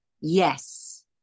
Yes